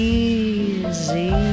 easy